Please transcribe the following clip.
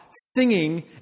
singing